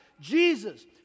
Jesus